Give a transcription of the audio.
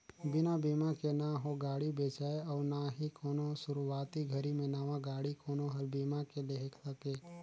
बिना बिमा के न हो गाड़ी बेचाय अउ ना ही कोनो सुरूवाती घरी मे नवा गाडी कोनो हर बीमा के लेहे सके